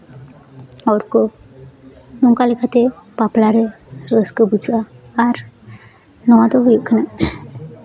ᱦᱚᱲ ᱠᱚ ᱚᱱᱠᱟ ᱞᱮᱠᱟᱛᱮ ᱵᱟᱯᱞᱟ ᱨᱮ ᱨᱟᱹᱥᱠᱟᱹ ᱵᱩᱡᱷᱟᱹᱜᱼᱟ ᱟᱨ ᱱᱚᱣᱟ ᱫᱚ ᱦᱩᱭᱩᱜ ᱠᱟᱱᱟ